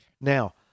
Now